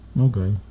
Okay